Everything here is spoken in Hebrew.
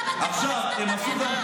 אמסלם,